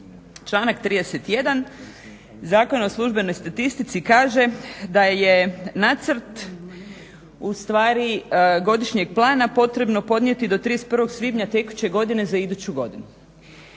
Članak 31. Zakona o službenoj statistici kaže: "Da je nacrt ustvari godišnjeg plana potrebno podnijeti do 31. svibnja tekuće godine za iduću godinu."